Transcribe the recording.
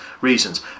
reasons